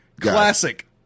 Classic